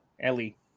Ellie